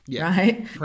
Right